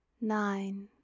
Nine